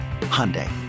Hyundai